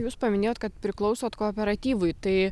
jūs paminėjot kad priklausot kooperatyvui tai